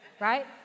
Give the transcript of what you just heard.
right